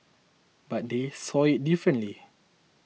but they saw it differently